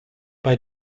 bei